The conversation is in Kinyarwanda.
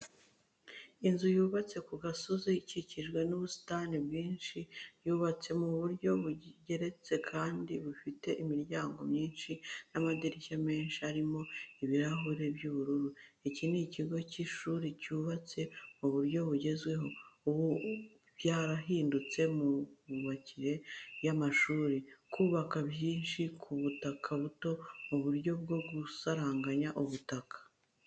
Inzu yubatse ku gasozi ikikijwe n'ubusitani bwinshi yubatse mu buryo bugeretse kabiri, ifite imiryango myinshi n'amadirishya menshi arimo ibirahure by'ubururu, iki ni ikigo cy'ishuri cyubatse mu buryo bugezweho. Ubu byarahindutse mu myubakire y'amashuri, kubaka byinshi ku butaka buto mu buryo bwo gusaranganya ubutaka.